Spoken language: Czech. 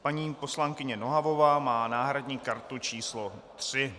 Paní poslankyně Nohavová má náhradní kartu číslo 3.